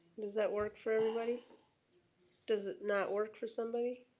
does that work for everybody? does it not work for somebody?